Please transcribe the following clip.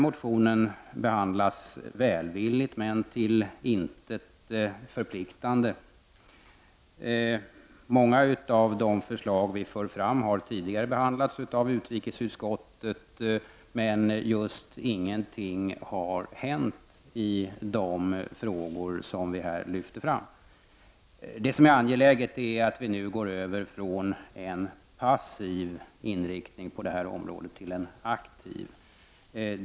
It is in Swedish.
Motionen behandlas välvilligt men till intet förpliktande. Många av de förslag vi för fram har tidigare behandlats av utrikesutskottet, men just ingenting har hänt i de frågor som vi här lyfter fram. Det som är angeläget är att vi nu går över från en passiv inriktning på detta område till en aktiv.